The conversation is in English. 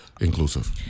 inclusive